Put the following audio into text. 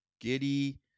giddy